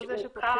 הוא קל,